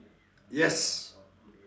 yes